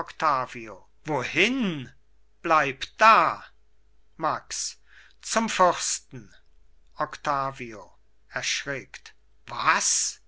wohin bleib da max zum fürsten octavio erschrickt was